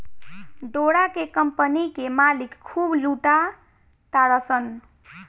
डोरा के कम्पनी के मालिक खूब लूटा तारसन